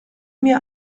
mir